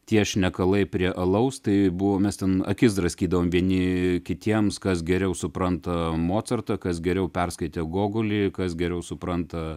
tie šnekalai prie alaus tai buvo mes ten akis draskydavom vieni kitiems kas geriau supranta mocartą kas geriau perskaitė gogolį kas geriau supranta